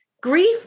Grief